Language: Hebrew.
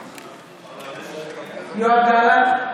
(קוראת בשמות חברי הכנסת) יואב גלנט,